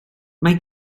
mae